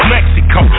Mexico